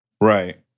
Right